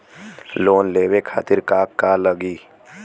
Loan लेवे खातीर का का लगी?